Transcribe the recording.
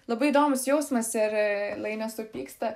labai įdomus jausmas ir lai nesupyksta